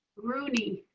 rooney.